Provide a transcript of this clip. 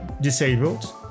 disabled